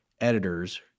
editors